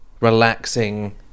relaxing